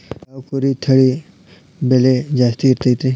ಯಾವ ಕುರಿ ತಳಿ ಬೆಲೆ ಜಾಸ್ತಿ ಇರತೈತ್ರಿ?